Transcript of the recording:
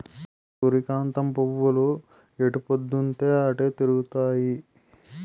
సూర్యకాంతం పువ్వులు ఎటుపోద్దున్తీ అటే తిరుగుతాయి